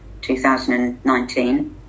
2019